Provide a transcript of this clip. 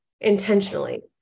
intentionally